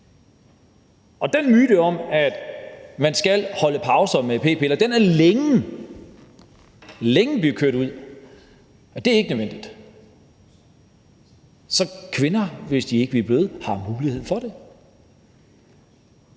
Den myte om, at man skal holde pauser med p-piller, er for længe siden blevet kørt ud. Det er ikke nødvendigt. Så kvinder, hvis de ikke vil bløde, har muligheden for det.